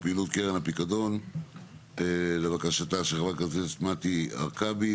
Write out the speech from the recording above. ופעילות קרן הפיקדון לבקשתה של חברת הכנסת מטי הרכבי,